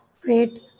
great